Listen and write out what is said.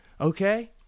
okay